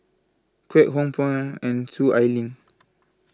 Kwek Hong Png and Soon Ai Ling